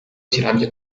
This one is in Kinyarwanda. kirambye